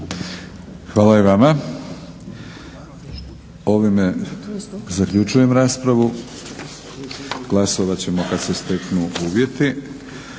Hvala i vama. Ovime zaključujem raspravu. Glasovati ćemo kada se steknu uvjeti.